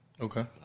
Okay